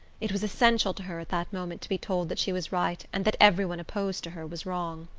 it was essential to her at that moment to be told that she was right and that every one opposed to her was wrong.